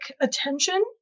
attention